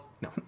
no